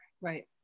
Right